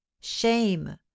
Shame